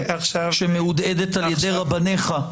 שמהודהדת על ידי רבניך,